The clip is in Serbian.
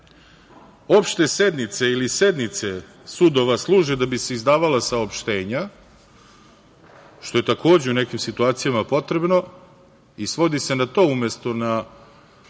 opšte sednice ili sednice sudova služe da bi se izdavala saopštenja, što je takođe u nekim situacijama potrebno, i svodi se na to umesto na